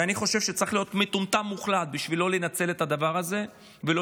ואני חושב שצריך להיות מטומטם מוחלט בשביל לא לנצל את הדבר הזה ולא